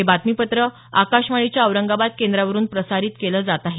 हे बातमीपत्र आकाशवाणीच्या औरंगाबाद केंद्रावरून प्रसारित केलं जात आहे